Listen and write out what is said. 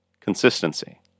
Consistency